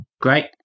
Great